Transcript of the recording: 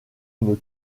une